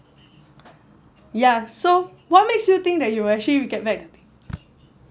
ya so what makes you think that you will actually get back